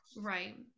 Right